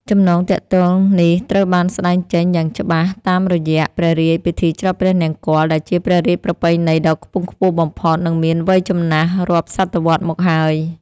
ចំណងទាក់ទងនេះត្រូវបានស្តែងចេញយ៉ាងច្បាស់តាមរយៈ «ព្រះរាជពិធីច្រត់ព្រះនង្គ័ល» ដែលជាព្រះរាជប្រពៃណីដ៏ខ្ពង់ខ្ពស់បំផុត និងមានវ័យចំណាស់រាប់សតវត្សមកហើយ។